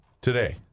Today